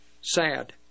sad